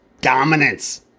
Dominance